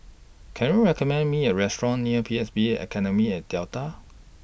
Can YOU recommend Me A Restaurant near P S B Academy At Delta